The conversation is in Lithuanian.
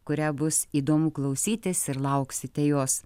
kurią bus įdomu klausytis ir lauksite jos